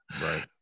Right